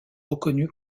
reconnu